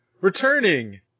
returning